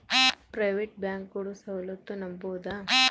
Private bank ಕೊಡೊ ಸೌಲತ್ತು ನಂಬಬೋದ?